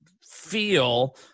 feel